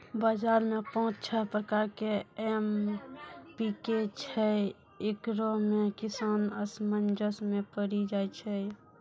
बाजार मे पाँच छह प्रकार के एम.पी.के छैय, इकरो मे किसान असमंजस मे पड़ी जाय छैय?